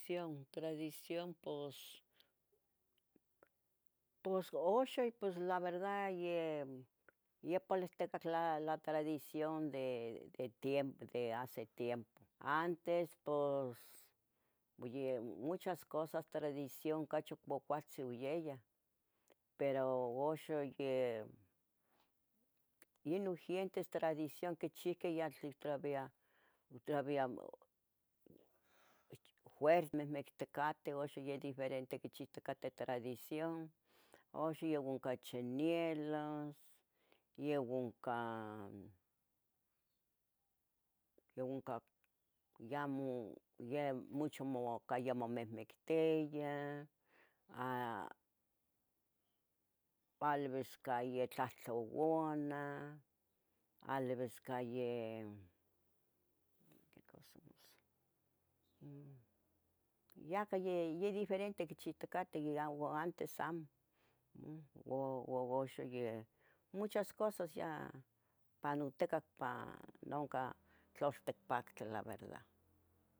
Cìon, Tradicion, pos, pos oxon pos la verdad. ye- yepalesteca la, la tradicion de tiempo de. hace tiempo, antes pos vuye muchas cosas tracicion. cachi cuacuacualtzin uyeyah, pero uxon ye, yenun. gientes tradicion quichihqueh ye tlec travia, travia. juer mehmectecateh, oxo ye diferente quichihticate tradicion Oxon ya unco chinielos yeh uncan, ya uncan ya mu ye mucho. ca ya mumecmectiya a valvis caye tlahtlauanah, alivis. cayeh, que cosa màs, yah ca yeh diferente quichihticateh. iua antes amo, mjum uan axon yeh muchas cosas ya panutecah, nunca tloltecpactle la verda